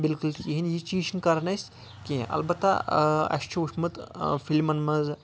بَلکُل تہِ کیٚنٛہۍ یہِ چیٖز چھُ نہٕ کَران اَسہِ کیٚنٛہہ اَلبتہ اَسہِ چھُ وٕچھمُت فلمَن منٛز